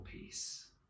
peace